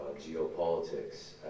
geopolitics